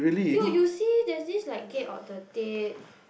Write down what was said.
dude you see there's this like gate of the dead